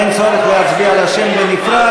אין צורך להצביע על השם בנפרד.